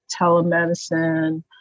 telemedicine